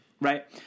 Right